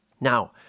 Now